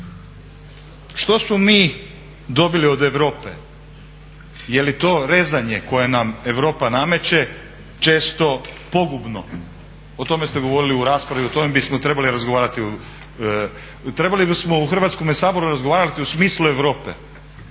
Što smo mi dobili od Europe, je li to rezanje koje nam Europa nameće često pogubno? O tome ste govorili u raspravi, o tome bismo trebali razgovarati, trebali bismo u Hrvatskome saboru razgovarati u smislu Europe.